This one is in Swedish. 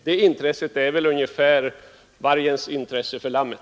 Det är väl vargens intresse för lammet.